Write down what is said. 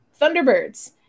Thunderbirds